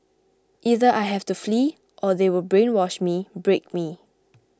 either I have to flee or they will brainwash me break me